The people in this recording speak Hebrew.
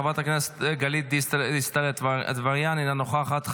חברת הכנסת גלית דיסטל אטבריאן, אינה נוכחת.